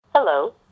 Hello